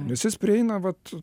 nes jis prieina vat